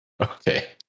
Okay